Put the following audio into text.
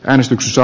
äänestyksissä